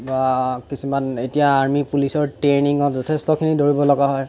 বা কিছুমান এতিয়া আৰ্মি পুলিচৰ ট্ৰেইনিঙত যথেষ্টখিনি দৌৰিব লগা হয়